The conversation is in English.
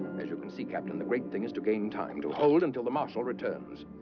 as you can see captain, the great thing is to gain time, to hold until the marshal returns.